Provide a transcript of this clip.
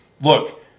look